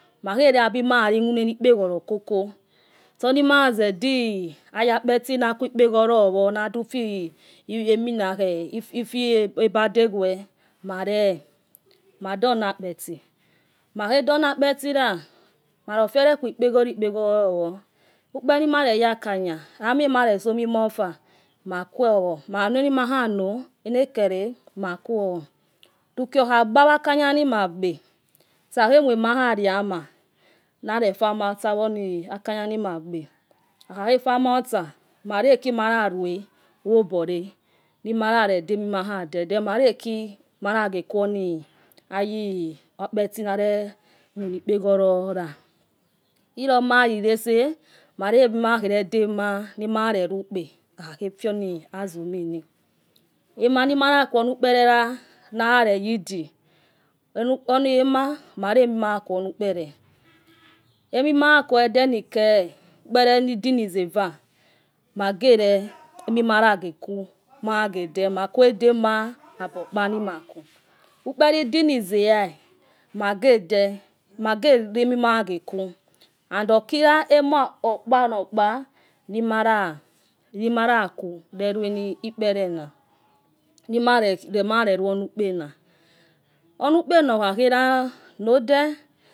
Makhe wabi mayaci. munina ni opehor lor koko, itso nimaleze ayo ekpeti na kwi ikpeholor uh nadufhiominakut ifno ebadedwa mau. madono okpoto, mauehedono okpotila, marofele. kux okpeholor you uh ukpele ni maroya kanya amoenamaresomoma ofa. makuo, makakpa akanya noma gbe itsa khe mua magariama ona. akanya noma gbe. akha khe fama otsa mawakimala rue chio obore. nomaredemimayohade, mauakiemaga kuo aya okpeti nomare ku ekpeholor yo. uoma lilase mauki magaro dema nomayarelu ukphe itso naha fio na'azumina. omani maya ku unu unu kpolela nimagaroyi udo. ena ma. malianumimaya. ku. onukpelela. enomaya ku adoni ke, ukpele ude. niza ua. magele. amomayage kubmagedo. makue dema. ovokpa nima, ku. ukpele udib. nize- hia. magedo. magewamimayageku and okila ama obokpa obokpa lumaya ku. uuaani ussạ useaena nimano sia urebe na. o nukpne na skhole he ranode